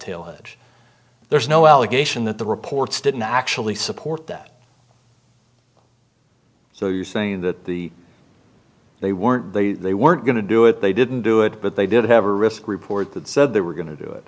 edge there's no allegation that the reports didn't actually support that so you're saying that the they weren't they they weren't going to do it they didn't do it but they did have a risk report that said they were going to do it